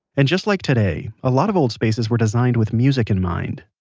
and just like today, a lot of old spaces were designed with music in mind.